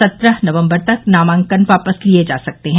सत्रह नवम्बर तक नामांकन वापस लिये जा सकते हैं